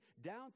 down